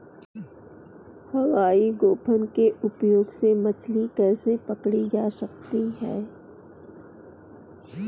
हवाई गोफन के उपयोग से मछली कैसे पकड़ी जा सकती है?